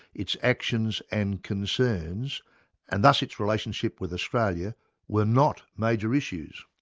its actions and concerns and thus its relationship with australia were not major issues?